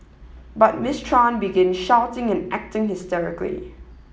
but Miss Tran began shouting and acting hysterically